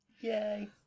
Yay